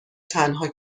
تنها